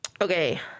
Okay